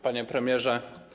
Panie Premierze!